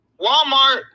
walmart